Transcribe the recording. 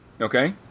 Okay